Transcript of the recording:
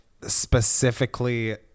specifically